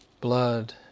blood